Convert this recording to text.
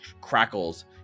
crackles